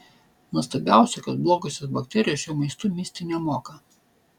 nuostabiausia kad blogosios bakterijos šiuo maistu misti nemoka